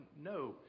no